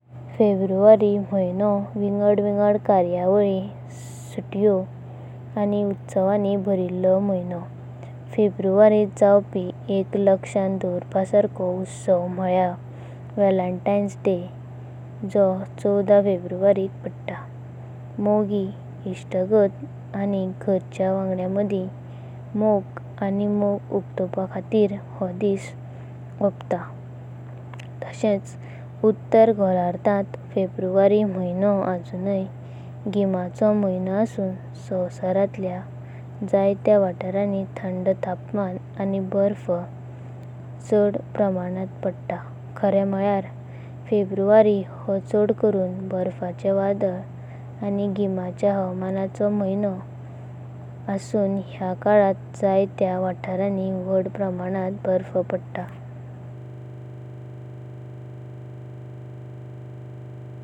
फेब्रुवारी महायनो विंगडा विंगडा कार्यावळी, सुटयो आणि उत्सवांनी भरिल्यो महायनो। फेब्रुवारीत जावपी एक लक्षांत डोवाराप सारको उत्सव म्हळेयर 'व्हॅलेंटाइन्स दिस' जो चौवध फेब्रुवारीका पडता। मोगी, इष्टगत्त आणि घरचायन-वांगेड्या मडी मोग आणि मोग उकतवपाखातीर हाँ दिस आपाता। तशेच उत्तर घोलारघाट फेब्रुवारी महायनो अजुनय गीमांचो महायनो आसुना संवासारांतल्या। जन्या तेया वातारणि थंड तपमान आणि बर्फ चड परमानांत पडता। खरी म्हळेयर फेब्रुवारी हो चड करून बर्फाचें वडाला आणि गीमाच्या हवामानाचो महायनो आसुना या काळांत। जन्या तेया वातारणि वाढ परमानांत बर्फ पडता।